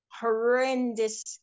horrendous